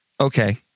Okay